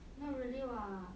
not really [what]